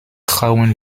trauen